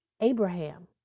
Abraham